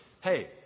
Hey